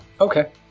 Okay